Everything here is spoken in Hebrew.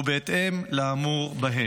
ובהתאם לאמור בהן.